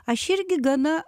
aš irgi gana